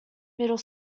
middle